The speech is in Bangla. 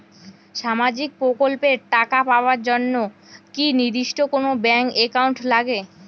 সামাজিক প্রকল্পের টাকা পাবার জন্যে কি নির্দিষ্ট কোনো ব্যাংক এর একাউন্ট লাগে?